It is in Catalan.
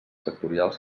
sectorials